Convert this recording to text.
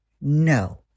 no